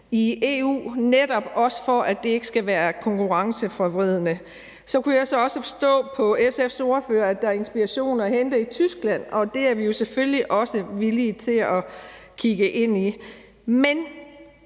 i EU, netop også for at det ikke skal være konkurrenceforvridende. Jeg kunne så også forstå på SF's ordfører, at der er inspiration at hente i Tyskland, og det er vi jo selvfølgelig også villige til at kigge ind i. Men